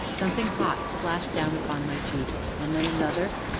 something hot splashed down upon my cheek, and then another,